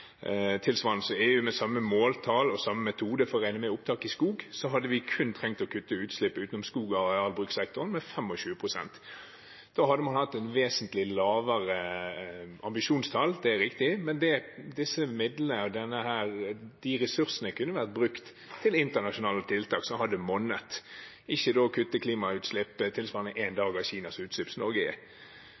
tilsvarende EU med samme måltall og metode for å regne med opptak i skog, hadde vi kun trengt å kutte utslipp utenom skogarealbrukssektoren med 25 pst. Da hadde man hatt vesentlig lavere ambisjonstall, det er riktig, men disse midlene og disse ressursene kunne vært brukt til internasjonale tiltak som hadde monnet – ikke kutte klimagassutslipp tilsvarende én dag av Kinas